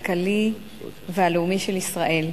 הכלכלי והלאומי של ישראל.